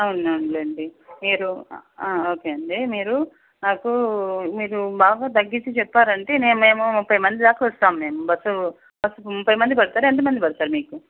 అవును అవునులే అండి మీరు ఓకే అండి మీరు నాకు మీరు బాగా తగ్గించి చెప్పారంటే నేను మేము ముప్పై మంది దాకా వస్తాము మేము బస్ ముప్పై మంది పడతార ఎంతమంది పడతారు మీకు